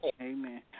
Amen